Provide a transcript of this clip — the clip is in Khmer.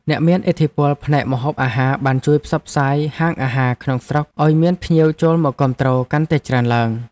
អ្នកមានឥទ្ធិពលផ្នែកម្ហូបអាហារបានជួយផ្សព្វផ្សាយហាងអាហារក្នុងស្រុកឱ្យមានភ្ញៀវចូលមកគាំទ្រកាន់តែច្រើនឡើង។